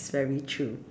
that is very true mm